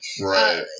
Right